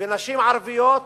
ונשים ערביות